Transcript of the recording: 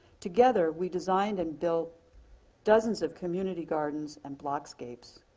together we designed and built dozens of community gardens and block-scapes.